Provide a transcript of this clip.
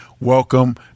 Welcome